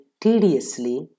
tediously